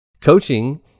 Coaching